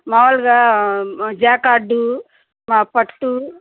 మామూలుగా జకార్డు పట్టు